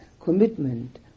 commitment